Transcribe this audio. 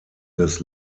des